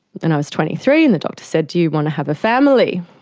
and i was twenty three, and the doctor said, do you want to have a family?